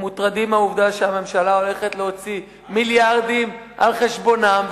הם מוטרדים מהעובדה שהממשלה הולכת להוציא מיליארדים על חשבונם,